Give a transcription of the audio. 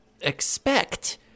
expect